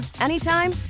anytime